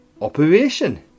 operation